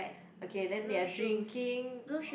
okay then they are drinking